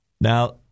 Now